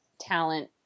talent